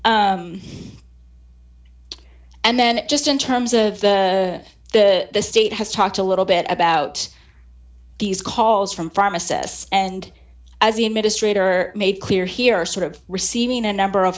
and then just in terms of the the state has talked a little bit about these calls from pharmacists and as the administrator made clear here sort of receiving a number of